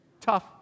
Tough